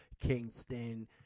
Kingston